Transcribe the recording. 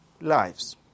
lives